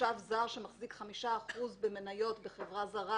תושב זר שמחזיק חמישה אחוזים במניות בחברה זרה